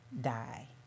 die